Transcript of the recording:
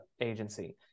agency